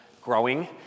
growing